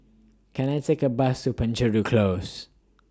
Can I Take A Bus to Penjuru Close